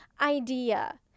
idea